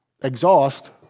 exhaust